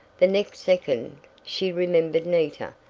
the next second she remembered nita,